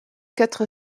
quatre